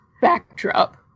backdrop